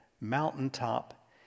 mountaintop